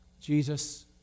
Jesus